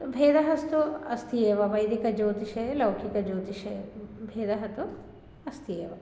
भेदः तु अस्ति एव वैदिकज्योतिषे लौकिकज्योतिषे भेदः तु अस्ति एव